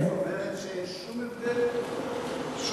את סוברת שאין שום הבדל ערכי בין משפחה נורמלית,